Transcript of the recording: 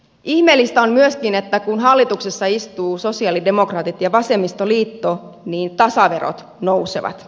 ihmeellistä on myöskin että kun hallituksessa istuu sosialidemokraatit ja vasemmistoliitto niin tasaverot nousevat